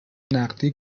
نقدی